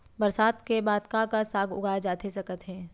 बरसात के बाद का का साग उगाए जाथे सकत हे?